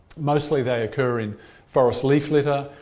mostly they occur in forest leaf litter.